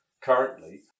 currently